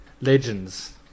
legends